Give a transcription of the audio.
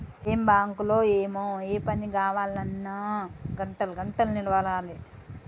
ఏం బాంకులో ఏమో, ఏ పని గావాల్నన్నా గంటలు గంటలు నిలవడాలె